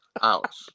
Ouch